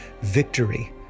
victory